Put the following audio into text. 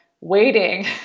waiting